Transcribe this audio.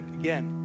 again